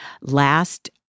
Last